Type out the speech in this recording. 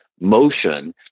motion